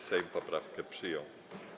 Sejm poprawkę przyjął.